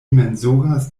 mensogas